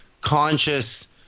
conscious –